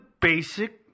basic